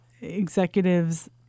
executives –